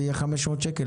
זה יהיה 500 שקל.